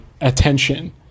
attention